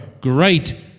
great